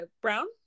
brown